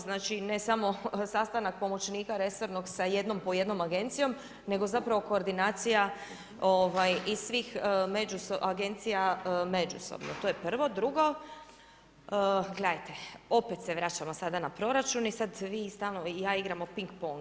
Znači, ne samo sastanak pomoćnika resornog sa jednom po jednom agencijom, nego zapravo koordinacija i svih među agencija, međusobno, to je prvo, drugo, gledajte, opet se vraćamo sada na proračun i sad vi stalno, ja igramo ping pong.